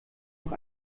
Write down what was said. noch